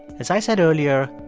as i said earlier,